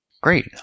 Great